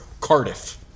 Cardiff